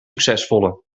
succesvolle